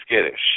skittish